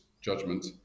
judgment